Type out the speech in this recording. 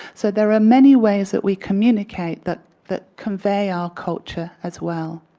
so there are many ways that we communicate that that convey our culture as well.